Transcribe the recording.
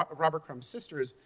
ah robert crumb's sisters,